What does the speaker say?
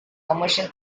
commercial